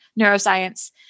neuroscience